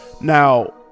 Now